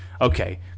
Okay